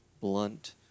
blunt